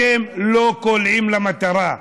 אתם לא קולעים למטרה.